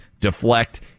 deflect